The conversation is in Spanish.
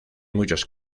muchos